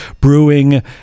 brewing